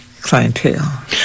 clientele